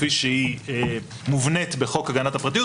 כפי שהיא מובנית בחוק הגנת הפרטית,